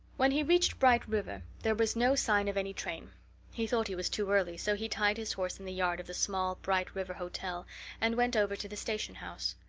when he reached bright river there was no sign of any train he thought he was too early, so he tied his horse in the yard of the small bright river hotel and went over to the station house.